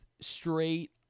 straight